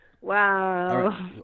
Wow